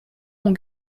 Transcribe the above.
ont